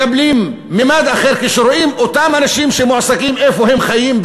מקבלים ממד אחר כשרואים את אותם אנשים שמועסקים: איפה הם חיים,